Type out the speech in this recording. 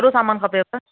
कहिड़ो सामानु खपेव